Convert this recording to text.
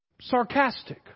sarcastic